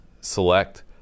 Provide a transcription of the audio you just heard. select